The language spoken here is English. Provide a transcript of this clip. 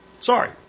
Sorry